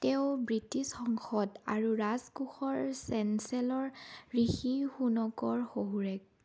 তেওঁ ব্ৰিটিছ সংসদ আৰু ৰাজকোষৰ চেঞ্চেলৰ ঋষি সুনকৰ শহুৰেক